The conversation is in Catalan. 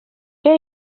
què